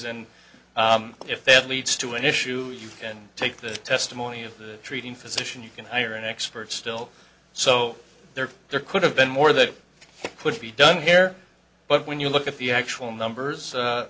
and if they had leads to an issue you can take the testimony of the treating physician you can hire an expert still so there could have been more that could be done here but when you look at the actual numbers